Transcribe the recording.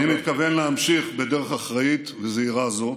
אני מתכוון להמשיך בדרך אחראית וזהירה זו,